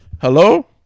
Hello